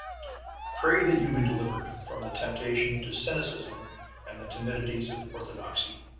pray that you be delivered from the temptation to cynicism and the timidities of orthodoxy.